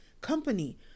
company